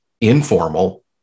informal